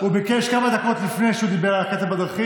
למה, הפריעו לו.